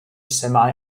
semi